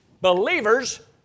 believers